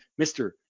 Mr